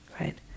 right